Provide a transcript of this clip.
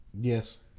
Yes